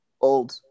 Old